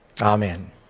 Amen